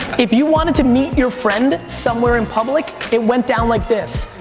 if you wanted to meet your friend somewhere in public, it went down like this.